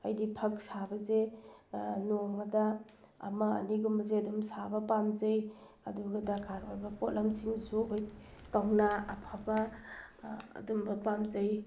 ꯑꯩꯗꯤ ꯐꯛ ꯁꯥꯕꯁꯦ ꯅꯣꯡꯃꯗ ꯑꯃ ꯑꯅꯤꯒꯨꯝꯕꯁꯦ ꯑꯗꯨꯝ ꯁꯥꯕ ꯄꯥꯝꯖꯩ ꯑꯗꯨꯒ ꯗꯔꯀꯥꯔ ꯑꯣꯏꯕ ꯄꯣꯠꯂꯝꯁꯤꯡꯁꯤꯁꯨ ꯑꯩꯈꯣꯏ ꯀꯧꯅꯥ ꯑꯐꯕ ꯑꯗꯨꯝꯕ ꯄꯥꯝꯖꯩ